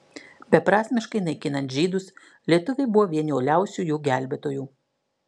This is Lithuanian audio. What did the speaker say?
beprasmiškai naikinant žydus lietuviai buvo vieni uoliausių jų gelbėtojų